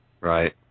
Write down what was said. Right